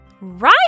Right